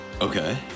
Okay